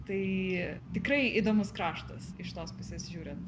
tai tikrai įdomus kraštas iš tos pusės žiūrint